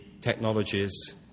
technologies